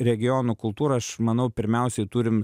regionų kultūrą aš manau pirmiausiai turim